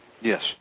Yes